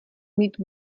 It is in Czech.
mít